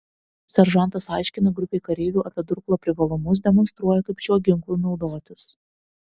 seržantas aiškina grupei kareivių apie durklo privalumus demonstruoja kaip šiuo ginklu naudotis